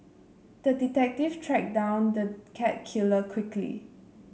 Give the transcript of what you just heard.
the detective tracked down the cat killer quickly